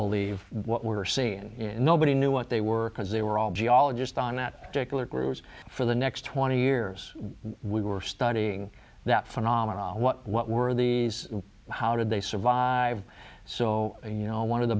believe what we were seeing in nobody knew what they were because they were all geologist on that particular cruise for the next twenty years we were studying that phenomenon what were these how did they survive so you know one of the